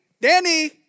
Danny